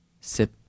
sip